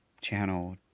channel